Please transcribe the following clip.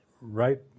right